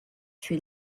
sri